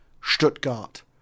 Stuttgart